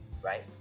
Right